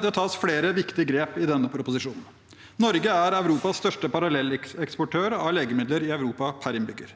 Det tas flere viktige grep i denne proposisjonen. Norge er Europas største parallelleksportør av legemidler i Europa per innbygger.